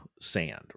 Sand